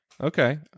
okay